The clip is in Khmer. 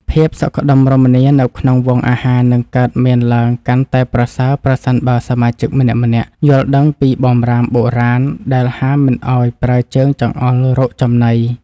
ភាពសុខដុមរមនានៅក្នុងវង់អាហារនឹងកើតមានឡើងកាន់តែប្រសើរប្រសិនបើសមាជិកម្នាក់ៗយល់ដឹងពីបម្រាមបុរាណដែលហាមមិនឱ្យប្រើជើងចង្អុលរកចំណី។